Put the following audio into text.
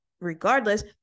regardless